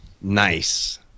nice